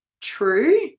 true